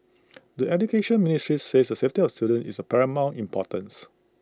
the Education Ministry says the safety of students is of paramount importance